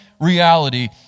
reality